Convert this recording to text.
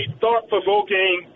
thought-provoking